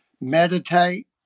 meditate